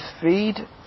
feed